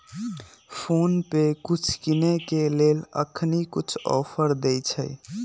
PhonePe कुछ किनेय के लेल अखनी कुछ ऑफर देँइ छइ